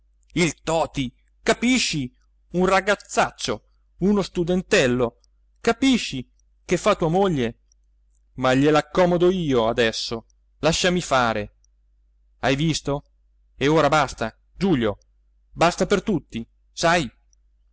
il toti capisci un ragazzaccio uno studentello capisci che fa tua moglie ma gliel'accomodo io adesso lasciami fare hai visto e ora basta giulio basta per tutti sai